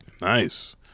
Nice